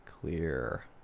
clear